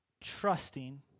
trusting